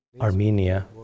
Armenia